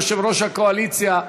יושב-ראש הקואליציה,